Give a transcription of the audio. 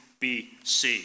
BC